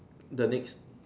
the next